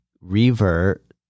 revert